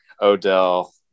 Odell